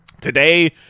Today